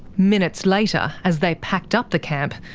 minutes later, as they packed up the camp,